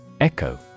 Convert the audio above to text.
Echo